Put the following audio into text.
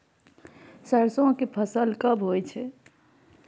सरसो के फसल कब होय छै?